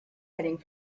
heading